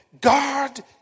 God